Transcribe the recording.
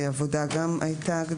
"עבודה" גם הייתה.